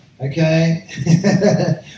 okay